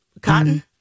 cotton